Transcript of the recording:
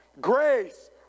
Grace